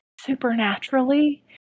supernaturally